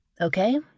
Okay